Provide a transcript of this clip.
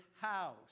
house